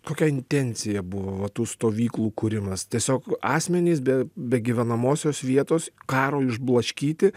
kokia intencija buvo va tų stovyklų kūrimas tiesiog asmenys be be gyvenamosios vietos karo išblaškyti